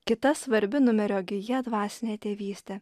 kita svarbi numerio gija dvasinė tėvystė